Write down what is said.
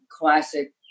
classic